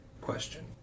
Question